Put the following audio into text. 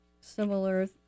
similar